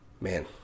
Man